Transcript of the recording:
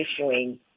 issuing